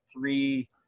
three